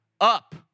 Up